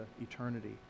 eternity